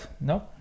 no